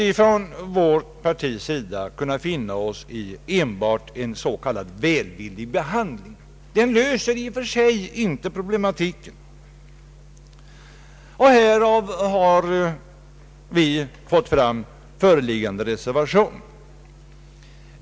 Vi har från vårt partis sida inte kunnat finna oss i enbart en s.k. välvillig behandling, som i och för sig inte löser problematiken. Det är orsaken till vår reservation.